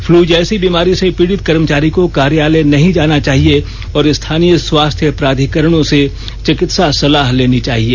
flu जैसी बीमारी से पीडित कर्मचारी को कार्यालय नहीं जाना चाहिए और स्थानीय स्वास्थ्य प्राधिकरणों से चिकित्सा सलाह लेनी चाहिए